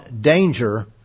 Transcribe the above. danger